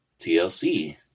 tlc